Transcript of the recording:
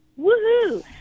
woohoo